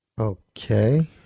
Okay